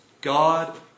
God